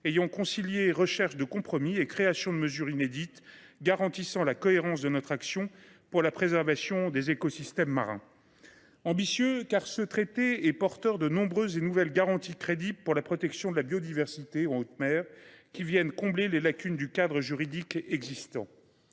ont concilié recherche de compromis et création de mesures inédites afin de garantir la cohérence de notre action pour la préservation des écosystèmes marins. Cet accord est ambitieux, ensuite, car il est porteur de nombreuses et nouvelles garanties crédibles pour la protection de la biodiversité en haute mer, qui viennent combler les lacunes du cadre juridique existant.